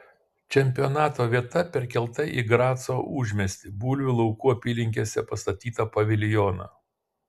čempionato vieta perkelta į graco užmiestį bulvių laukų apylinkėse pastatytą paviljoną